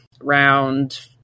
round